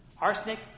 Arsenic